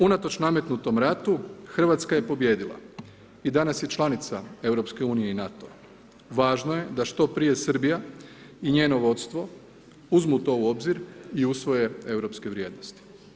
Unatoč nametnutom ratu, Hrvatska je pobijedila i danas je članica EU i NATO-a, važno je da što prije Srbija i njeno vodstvo uzmu to u obzir i usvoje europske vrijednosti.